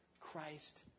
Christ